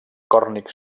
còrnic